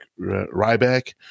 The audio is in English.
Ryback